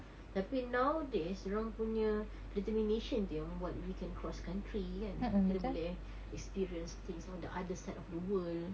tapi now that is diorang punya determination tu yang membuat we can cross country kan kita boleh experience things on the other side of the world